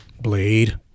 blade